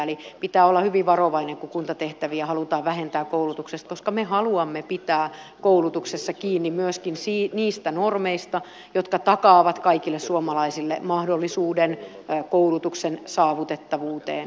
eli pitää olla hyvin varovainen kun kuntatehtäviä halutaan vähentää koulutuksesta koska me haluamme pitää koulutuksessa kiinni myöskin niistä normeista jotka takaavat kaikille suomalaisille mahdollisuuden koulutuksen saavutettavuuteen